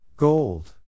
Gold